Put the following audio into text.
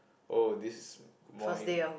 oh this is good morning